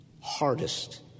hardest